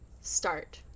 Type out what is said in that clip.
start